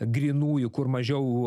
grynųjų kur mažiau